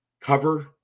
Cover